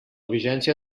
vigència